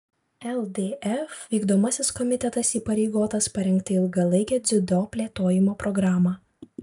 ldf vykdomasis komitetas įpareigotas parengti ilgalaikę dziudo plėtojimo programą